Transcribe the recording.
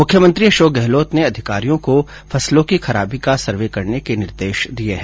मुख्यमंत्री अशोक गहलोत ने अधिकारियों को फसलों की खराबी का सर्वे करने के निर्देश दिए हैं